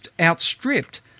outstripped